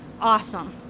Awesome